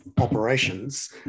operations